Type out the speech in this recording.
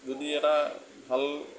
যদি এটা ভাল